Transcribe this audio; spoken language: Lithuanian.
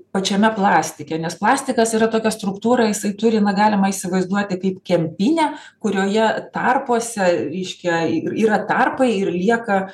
pačiame plastike nes plastikas yra tokia struktūra jisai turi na galima įsivaizduoti kaip kempinę kurioje tarpuose reiškia yra tarpai ir lieka